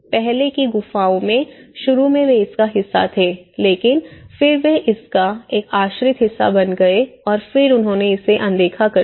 पहले की गुफाओं में शुरू में वे इसका हिस्सा थे लेकिन फिर वे इसका एक आश्रित हिस्सा बन गए और फिर उन्होंने इसे अनदेखा कर दिया